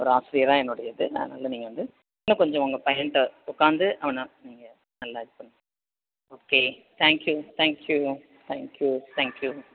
ஒரு ஆசிரியராக என்னோடய இது அதனால் நீங்கள் வந்து இன்னும் கொஞ்சம் உங்கள் பையன்கிட்ட உட்காந்து அவனை நீங்கள் நல்லா இது பண் okay thank you thank you thank you thank you